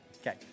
Okay